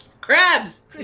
crabs